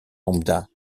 lambda